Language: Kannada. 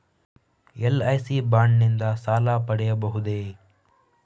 ಎಲ್.ಐ.ಸಿ ಬಾಂಡ್ ನಿಂದ ಸಾಲ ಪಡೆಯಬಹುದೇ?